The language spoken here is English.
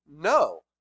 No